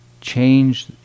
change